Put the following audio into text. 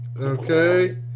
Okay